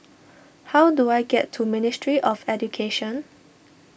how do I get to Ministry of Education